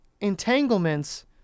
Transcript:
entanglements